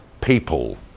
people